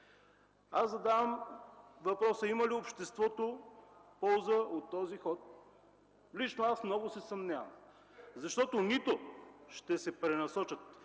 Аз задавам въпроса: има ли обществото полза от този ход? Лично аз много се съмнявам, защото нито ще се пренасочат